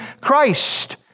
Christ